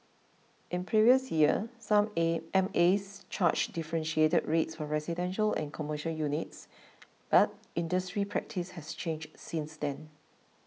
in previous years some A M As charged differentiated rates for residential and commercial units but industry practice has changed since then